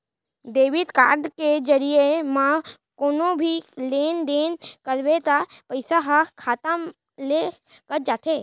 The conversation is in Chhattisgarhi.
डेबिट कारड के जरिये म कोनो भी लेन देन करबे त पइसा ह खाता ले कट जाथे